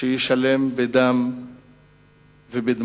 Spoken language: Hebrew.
שישלם בדם ובדמעות,